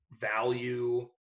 value